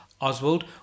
Oswald